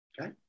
Okay